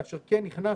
כאשר כן נכנסנו,